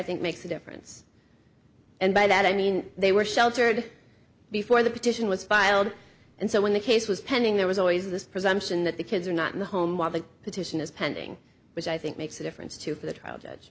think makes a difference and by that i mean they were sheltered before the petition was filed and so when the case was pending there was always this presumption that the kids are not in the home while the petition is pending which i think makes a difference too for the trial judge